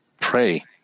pray